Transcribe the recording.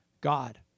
God